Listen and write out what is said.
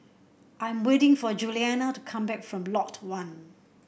I'm waiting for Juliana to come back from Lot One